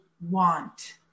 want